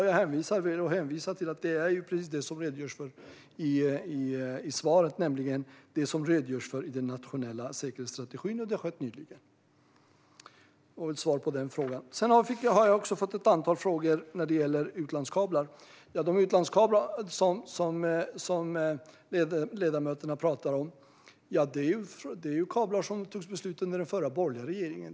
Jag hänvisar till det som jag redogör för i svaret, nämligen det som redogörs för i den nationella säkerhetsstrategin, och det har skett nyligen. Det var svaret på den frågan. Jag har också fått ett antal frågor när det gäller utlandskablar. De utlandskablar som ledamöterna pratar om är kablar som den förra borgerliga regeringen tog beslut om.